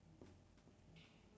float how you spell ah F